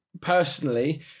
personally